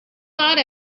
thought